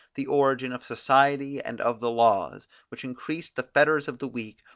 the origin of society and of the laws, which increased the fetters of the weak,